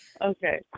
Okay